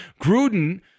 Gruden